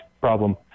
problem